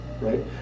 right